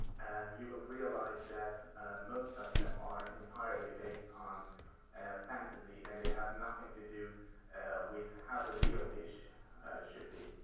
you will realize that most of them are entirely based on fantasy, and they have nothing to do with how the real dish should be.